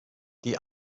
die